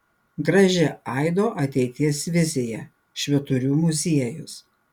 graži aido ateities vizija švyturių muziejus